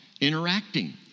interacting